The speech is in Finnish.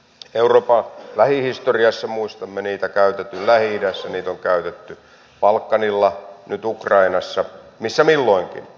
euroopan lähihistoriassa muistamme niitä on käytetty lähi idässä niitä on käytetty balkanilla nyt ukrainassa missä milloinkin